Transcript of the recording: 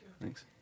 Thanks